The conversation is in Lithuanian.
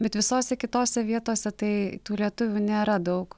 bet visose kitose vietose tai tų lietuvių nėra daug